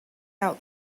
out